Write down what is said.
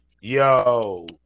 Yo